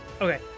Okay